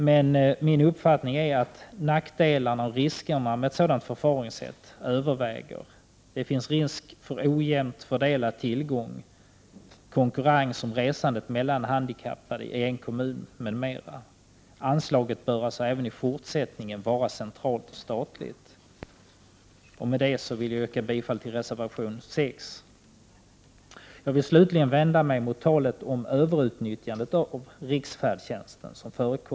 Men min uppfattning är att nackdelarna och riskerna med ett sådant förfaringssätt överväger. Det finns en risk för ojämnt fördelad tillgång, konkurrens om resandet mellan handikappade i en kommun m.m. Anslaget bör alltså även i fortsättningen vara centralt statligt. Jag yrkar bifall till reservation 6. Slutligen vill jag vända mig emot det förekommande talet om överutnyttjande av riksfärdtjänsten.